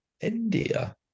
India